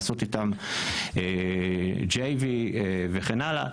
לעשות איתםJV וכן הלאה.